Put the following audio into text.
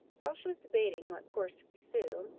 while she was debating what course to pursue,